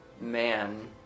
man